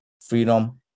freedom